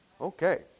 Okay